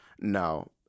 No